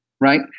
right